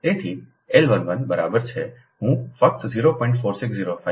તેથી L 11 બરાબર છે હું ફક્ત 0